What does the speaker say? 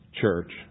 church